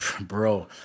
bro